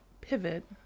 pivot